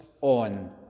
on